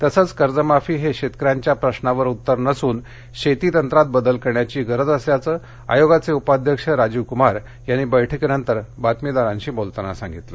तसंच कर्जमाफी हे शेतकऱ्याच्या प्रश्नावर उत्तर नसून शेती तंत्रात बदल करण्याची गरज असल्याचं आयोगाचे उपाध्यक्ष राजीव कुमार यांनी बैठकीनंतर वार्ताहरांशी बोलताना सांगितलं